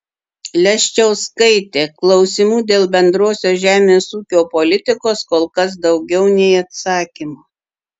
leščauskaitė klausimų dėl bendrosios žemės ūkio politikos kol kas daugiau nei atsakymų